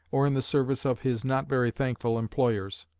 or in the service of his not very thankful employers.